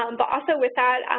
um but also with that,